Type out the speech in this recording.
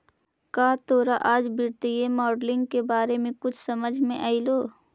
का तोरा आज वित्तीय मॉडलिंग के बारे में कुछ समझ मे अयलो?